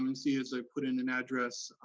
um and see, as i put in an address,